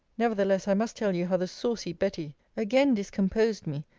nevertheless, i must tell you how the saucy betty again discomposed me,